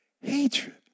hatred